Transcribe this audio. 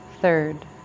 Third